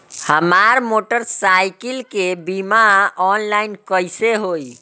हमार मोटर साईकीलके बीमा ऑनलाइन कैसे होई?